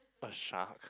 a shark